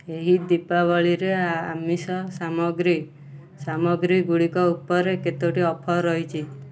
ଏହି ଦୀପାବଳିରେ ଆମିଷ ସାମଗ୍ରୀ ସାମଗ୍ରୀ ଗୁଡ଼ିକ ଉପରେ କେତୋଟି ଅଫର୍ ରହିଛି